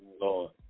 Lord